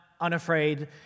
unafraid